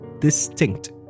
distinct